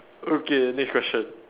okay next question